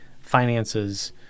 finances